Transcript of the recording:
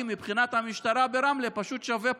מבחינת המשטרה ברמלה פשוט שווה פחות,